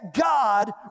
God